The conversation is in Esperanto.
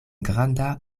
granda